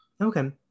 Okay